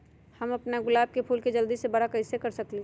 हम अपना गुलाब के फूल के जल्दी से बारा कईसे कर सकिंले?